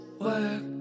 work